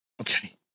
Okay